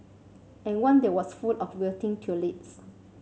and one there was full of wilting tulips